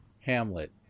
Hamlet